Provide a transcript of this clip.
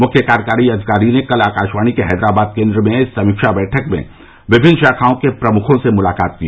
मुख्य कार्यकारी अधिकारी ने कल आकाशवाणी के हैदराबाद केन्द्र में समीक्षा बैठक में विभिन्न शाखाओं के प्रमुखों से मुलाकात की